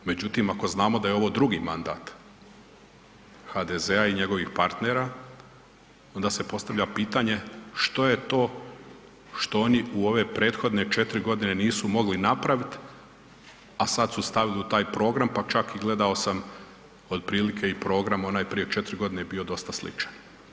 Međutim, ako znamo da je ovo drugi mandat HDZ-a i njegovih partnera onda se postavlja pitanje, što je to što oni u ove prethodne 4 g. nisu mogli napravit a sad su stavili u taj program, pa čak i gledao sam otprilike i program onaj prije 4 g. je bio dosta sličan?